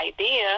idea